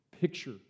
picture